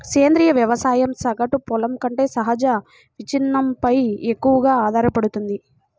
సేంద్రీయ వ్యవసాయం సగటు పొలం కంటే సహజ విచ్ఛిన్నంపై ఎక్కువగా ఆధారపడుతుంది